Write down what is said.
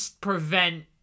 prevent